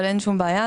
אבל אין שום בעיה,